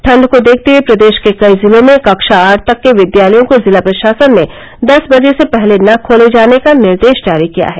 ठण्ड को देखते हुए प्रदेष के कई जिलों में कक्षा आठ तक के विद्यालयों को जिला प्रषासन ने दस बजे से पहले न खोले जाने का निर्देष जारी किया है